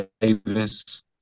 Davis